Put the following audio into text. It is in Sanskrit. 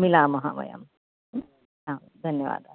मिलामः वयं हा धन्यवादः धन्यवादाः